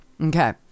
Okay